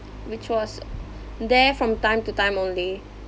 which was there from time to time only